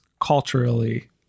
culturally